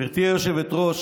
גברתי היושבת-ראש,